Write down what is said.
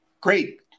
great